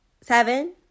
Seven